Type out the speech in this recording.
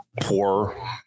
poor